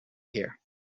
here